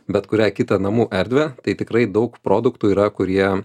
bet kurią kitą namų erdvę tai tikrai daug produktų yra kurie